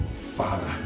Father